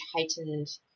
heightened